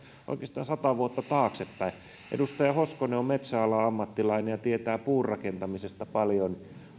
oikeastaan sata vuotta taaksepäin edustaja hoskonen on metsäalan ammattilainen ja tietää puurakentamisesta paljon